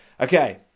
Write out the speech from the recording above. Okay